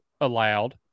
allowed